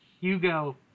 Hugo